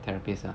therapist ah